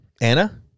Anna